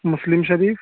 مسلم شریف